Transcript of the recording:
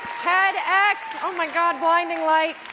tedx oh my god, blinding light!